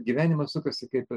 gyvenimas sukasi kaip